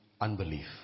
unbelief